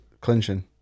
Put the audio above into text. clinching